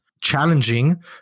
challenging